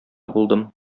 булдым